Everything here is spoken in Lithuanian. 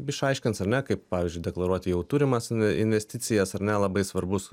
išaiškins ar ne kaip pavyzdžiui deklaruoti jau turimas investicijas ar ne labai svarbus